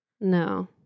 No